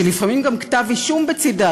שלפעמים גם כתב אישום בצדה,